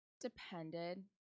depended